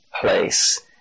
place